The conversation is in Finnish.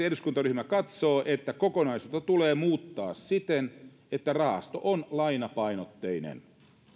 eduskuntaryhmä katsoo että kokonaisuutta tulee muuttaa siten että rahasto on lainapainotteinen